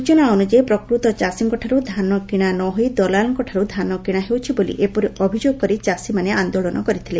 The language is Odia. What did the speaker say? ସୂଚନା ଅନୁଯାୟୀ ପ୍ରକୃତ ଚାଷୀଙ୍କଠାରୁ ଧାନ କିଶା ନ ହୋଇ ଦଲାଲଙ୍କଠାରୁ ଧାନ କିଶା ହେଉଛି ବୋଲି ଏପରି ଅଭିଯୋଗ କରି ଚାଷୀମାନେ ଆନ୍ଦୋଳନ କରିଛନ୍ତି